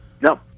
No